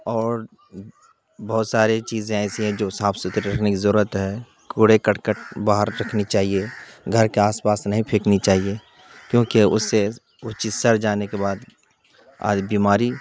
اور بہت سارے چیزیں ایسی ہیں جو صاف ستھرے رکھنے کی ضرورت ہے کوڑے کرکٹ باہر رکھنی چاہیے گھر کے آس پاس نہیں پھینکنی چاہیے کیونکہ اس سے وہ چیز سر جانے کے بعد آد بیماری